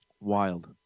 Wild